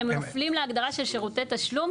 הם נופלים להגדרה של שירותי תשלום,